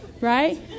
right